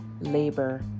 labor